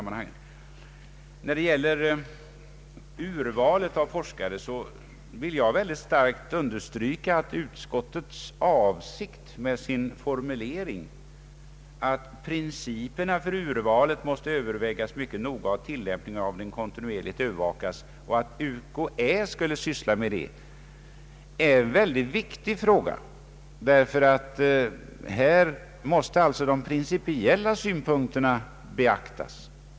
När det gäller urvalet av forskare vill jag starkt understryka utskottets avsikt med formuleringen att ”principerna för urvalet måste övervägas mycket noga och tillämpningen av dem kontinuerligt övervakas”, och att UKA skulle syssla med detta. Det är en mycket viktig fråga, därför att här måste de principiella synpunkterna beaktas.